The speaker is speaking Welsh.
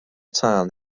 tân